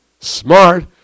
smart